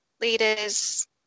leaders